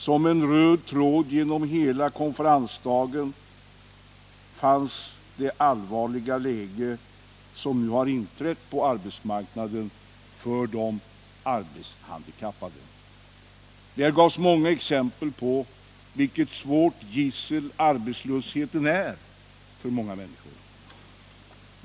Som en röd tråd genom hela konferensdagen gick det allvarliga läge som nu har inträtt på arbetsmarknaden för de arbetshandikappade. Där gavs många exempel på vilket svårt gissel arbetslösheten är för många människor.